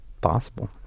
possible